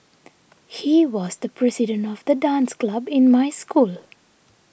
he was the president of the dance club in my school